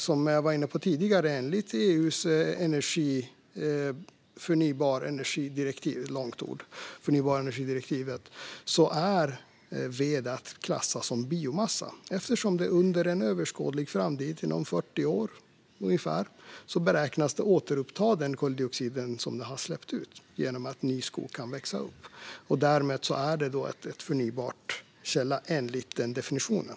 Som jag var inne på tidigare är ved, enligt EU:s direktiv om förnybar energi, att klassa som biomassa, eftersom det under en överskådlig framtid, ungefär 40 år, beräknas återuppta den koldioxid som det har släppt ut genom att ny skog kan växa upp. Därmed är det en förnybar källa, enligt definitionen.